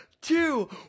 two